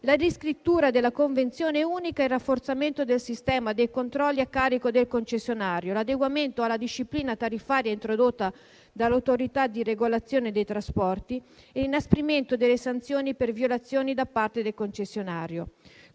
la riscrittura della Convenzione unica, il rafforzamento del sistema dei controlli a carico del concessionario, l'adeguamento alla disciplina tariffaria introdotta dall'Autorità di regolazione dei trasporti e l'inasprimento delle sanzioni per violazioni da parte del concessionario.